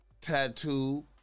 tattoo